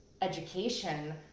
education